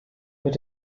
mit